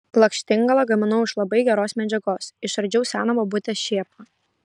lakštingalą gaminau iš labai geros medžiagos išardžiau seną bobutės šėpą